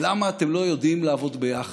למה אתם לא יודעים לעבוד ביחד,